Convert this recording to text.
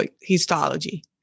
histology